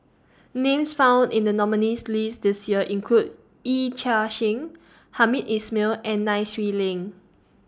Names found in The nominees' list This Year include Yee Chia Hsing Hamed Ismail and Nai Swee Leng